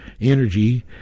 energy